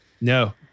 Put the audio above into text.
No